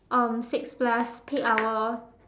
um six plus peak hour